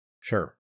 Sure